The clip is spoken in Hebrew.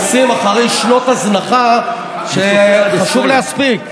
עושים אחרי שנות הזנחה שחשוב להספיק.